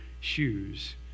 shoes